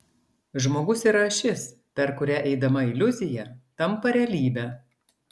žmogus yra ašis per kurią eidama iliuzija tampa realybe